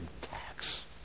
tax